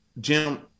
Jim